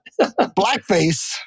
Blackface